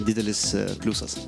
didelis pliusas